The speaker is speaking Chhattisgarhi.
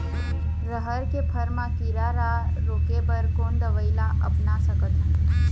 रहर के फर मा किरा रा रोके बर कोन दवई ला अपना सकथन?